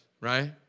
right